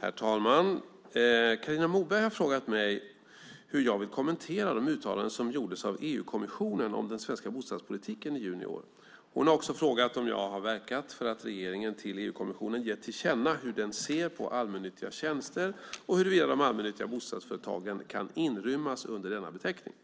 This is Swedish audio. Herr talman! Carina Moberg har frågat mig hur jag vill kommentera de uttalanden som gjordes av EU-kommissionen om den svenska bostadspolitiken i juni i år. Hon har också frågat om jag har verkat för att regeringen till EU-kommissionen gett till känna hur den ser på allmännyttiga tjänster och huruvida de allmännyttiga bostadsföretagen kan inrymmas under denna beteckning.